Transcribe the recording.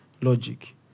Logic